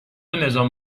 نظام